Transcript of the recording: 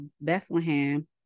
Bethlehem